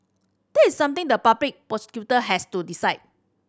that is something the public prosecutor has to decide